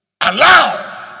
allow